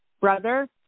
Brother